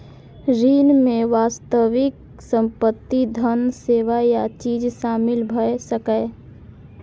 ऋण मे वास्तविक संपत्ति, धन, सेवा या चीज शामिल भए सकैए